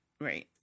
right